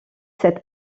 cet